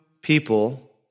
people